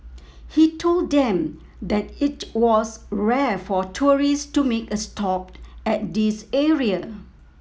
he told them that it was rare for tourists to make a stop at this area